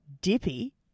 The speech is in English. Dippy